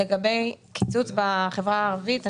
לגבי קיצוץ בחברה הערבית,